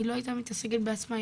היא לא הייתה מתעסקת בעצמה,